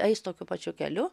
eis tokiu pačiu keliu